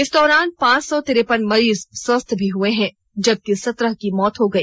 इस दौरान पांच सौ तिरपन मरीज स्वस्थ भी हुए हैं जबकि सत्रह की मौत हो गई